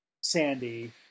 Sandy